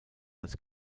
als